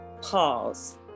pause